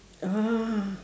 ah